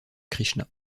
krishna